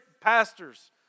pastors